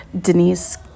Denise